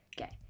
Okay